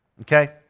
Okay